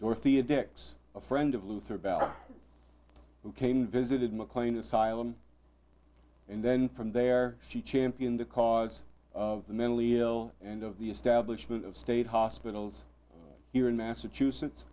dorothea dix a friend of luther ballard who came and visited mclean asylum and then from there she championed the cause of the mentally ill and of the establishment of state hospitals here in massachusetts